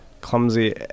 clumsy